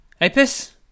Apis